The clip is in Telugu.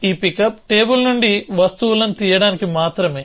ఈ పికప్ టేబుల్ నుండి వస్తువులను తీయడానికి మాత్రమే